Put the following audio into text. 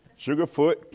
Sugarfoot